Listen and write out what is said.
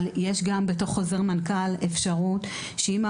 בתוך חוזר מנכ"ל יש אפשרות לפנות לוועדה